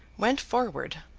went forward,